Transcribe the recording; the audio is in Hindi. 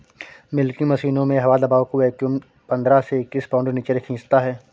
मिल्किंग मशीनों में हवा दबाव को वैक्यूम पंद्रह से इक्कीस पाउंड नीचे खींचता है